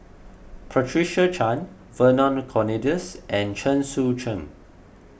Patricia Chan Vernon Cornelius and Chen Sucheng